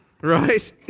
Right